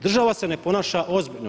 Država se ne ponaša ozbiljno.